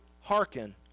hearken